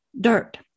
dirt